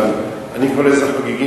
אבל אני קורא לזה "חוגגים",